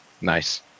Nice